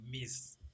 miss